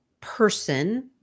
person